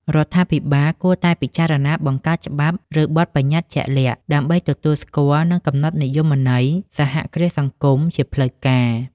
រដ្ឋាភិបាលគួរតែពិចារណាបង្កើតច្បាប់ ឬបទប្បញ្ញត្តិជាក់លាក់ ដើម្បីទទួលស្គាល់ និងកំណត់និយមន័យ សហគ្រាសសង្គម ជាផ្លូវការ ។